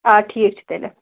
آ ٹھیٖک چھُ تیٚلہِ